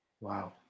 Wow